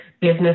business